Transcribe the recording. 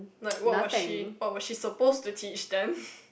like what was she what was she suppose to teach then